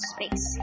Space